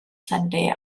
sunday